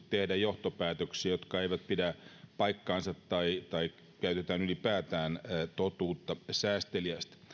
tehdä johtopäätöksiä jotka eivät pidä paikkaansa tai tai käytetä ylipäätään totuutta säästeliäästi